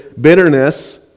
bitterness